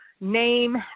name